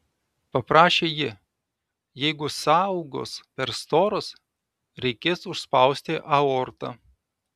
paprašė ji jeigu sąaugos per storos reikės užspausti aortą